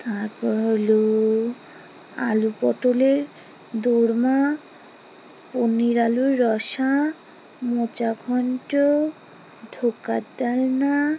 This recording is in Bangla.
তারপর হলো আলু পটলের দোরমা পনির আলুর রসা মোচা ঘণ্ট ধোকার ডালনা